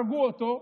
הרגו אותו.